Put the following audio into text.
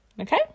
Okay